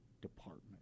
department